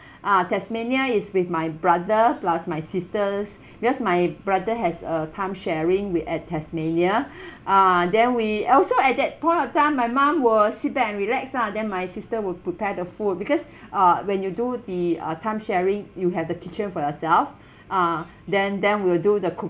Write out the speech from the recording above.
ah tasmania is with my brother plus my sisters because my brother has a timesharing with at tasmania ah then we also at that point of time my mum will sit back and relax lah then my sister will prepare the food because uh when you do the uh timesharing you have the kitchen for yourself ah then then we'll do the cooking